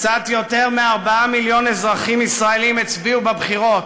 קצת יותר מ-4 מיליון אזרחים ישראלים הצביעו בבחירות.